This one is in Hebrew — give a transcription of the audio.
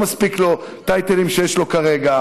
לא מספיקים לו הטייטלים שיש לו כרגע.